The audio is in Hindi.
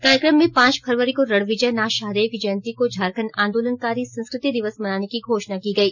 कार्यक्रम में पांच फरवरी को रणविजय नाथ शहदेव की जयंती को झारखंड आंदोलनकारी संस्कृति दिवस मनाने की घोषणा की गई